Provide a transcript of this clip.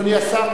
אדוני השר,